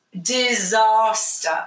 Disaster